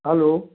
hello